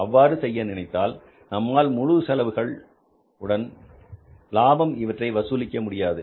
அவ்வாறு செய்ய நினைத்தால் நம்மால் முழு செலவுகள் உடன் லாபம் இவற்றை வசூலிக்க முடியாது